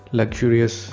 luxurious